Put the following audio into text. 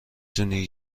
تونی